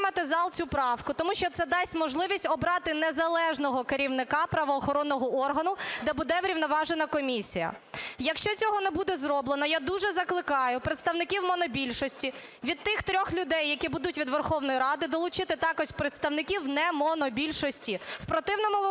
підтримати зал цю правку, тому що це дасть можливість обрати незалежного керівника правоохоронного органу, де буде врівноважена комісія. Якщо цього не буде зроблено, я дуже закликаю представників монобільшості від тих трьох людей, які будуть від Верховної Ради, долучити також представників не монобільшості. В противному випадку